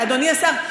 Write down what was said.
אדוני השר.